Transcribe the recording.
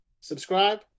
subscribe